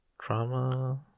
trauma